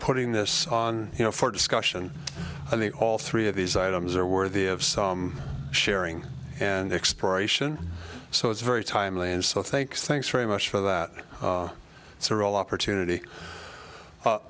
putting this on you know for discussion of the all three of these items are worthy of some sharing and exploration so it's very timely and so thanks thanks very much for that it's a real opportunity